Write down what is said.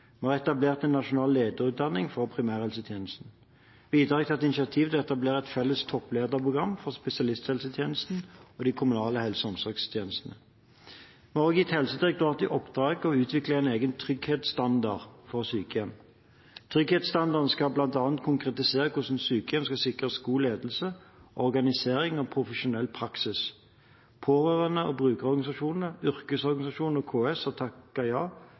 Vi har etablert en nasjonal lederutdanning for primærhelsetjenesten. Videre har jeg tatt initiativ til å etablere et felles topplederprogram for spesialisthelsetjenesten og de kommunale helse- og omsorgstjenestene. Vi har også gitt Helsedirektoratet i oppdrag å utvikle en egen trygghetsstandard for sykehjem. Trygghetsstandarden skal bl.a. konkretisere hvordan sykehjem skal sikres god ledelse, organisering og profesjonell praksis. Bruker- og pårørendeorganisasjonene, yrkesorganisasjonene og KS har takket ja